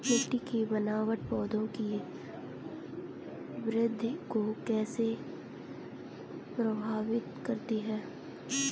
मिट्टी की बनावट पौधों की वृद्धि को कैसे प्रभावित करती है?